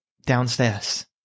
downstairs